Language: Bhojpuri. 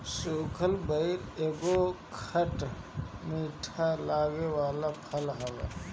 सुखल बइर एगो खट मीठ लागे वाला फल हवे